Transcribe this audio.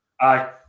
Aye